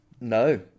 No